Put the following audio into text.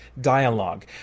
dialogue